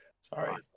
Sorry